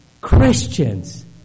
Christians